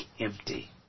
empty